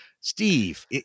Steve